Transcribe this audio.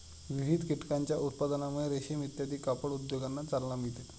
विविध कीटकांच्या उत्पादनामुळे रेशीम इत्यादी कापड उद्योगांना चालना मिळते